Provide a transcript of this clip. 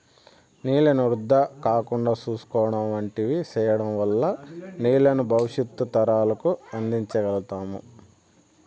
నీళ్ళను వృధా కాకుండా చూసుకోవడం వంటివి సేయడం వల్ల నీళ్ళను భవిష్యత్తు తరాలకు అందించ గల్గుతాం